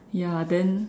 ya then